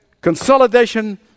Consolidation